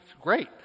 Great